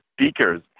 speakers